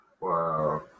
Wow